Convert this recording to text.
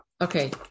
Okay